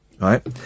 right